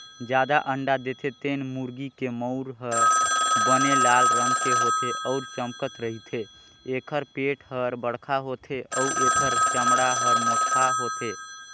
जादा अंडा देथे तेन मुरगी के मउर ह बने लाल रंग के होथे अउ चमकत रहिथे, एखर पेट हर बड़खा होथे अउ एखर चमड़ा हर मोटहा होथे